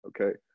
okay